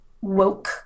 woke